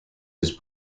was